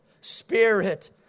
Spirit